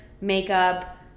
makeup